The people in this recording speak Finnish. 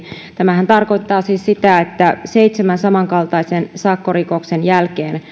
tämähän tarkoittaa siis sitä että seitsemän samankaltaisen sakkorikoksen jälkeen